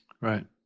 right